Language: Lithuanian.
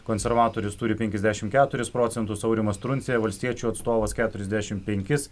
konservatorius turi penkiasdešimt keturis procentus aurimas truncė valstiečių atstovas keturiasdešimt penkis